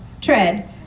tread